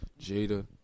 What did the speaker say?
Jada